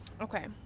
Okay